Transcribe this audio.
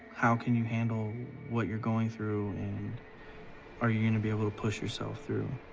how can you handle what you're going through, and are you gonna be able to push yourself through?